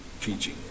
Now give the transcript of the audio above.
teaching